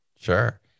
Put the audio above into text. sure